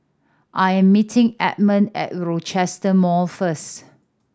I am meeting Edmond at Rochester Mall first